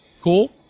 cool